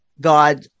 God